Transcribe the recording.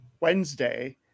Wednesday